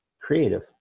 creative